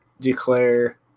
declare